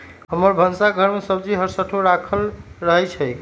हमर भन्सा घर में सूज्ज़ी हरसठ्ठो राखल रहइ छै